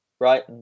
right